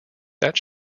that